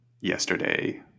yesterday